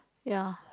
ya